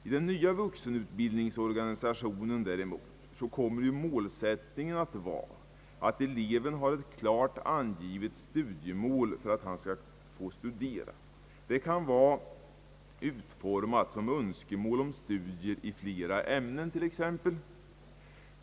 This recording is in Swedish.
I den nya vuxenutbildningsorganisationen däremot kommer ju målsättningen att vara att eleven har ett klart angivet studiemål för att han skall få studera. Det kan t.ex. vara utformat som önskemål om studier i flera ämnen.